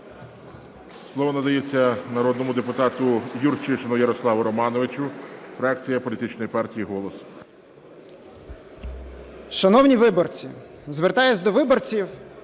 Слово надається народному депутату Юрчишину Ярославу Романовичу, фракція політичної партії "Голос".